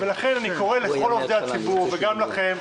ולכן אני קורא לכל עובדי הציבור וגם לכם,